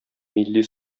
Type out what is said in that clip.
милли